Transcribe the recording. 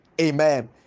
Amen